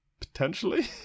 Potentially